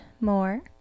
more